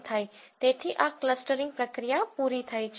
તેથી આ ક્લસ્ટરીંગ પ્રક્રિયા પૂરી થાય છે